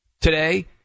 today